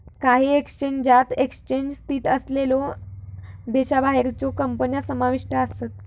काही एक्सचेंजात एक्सचेंज स्थित असलेल्यो देशाबाहेरच्यो कंपन्या समाविष्ट आसत